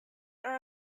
are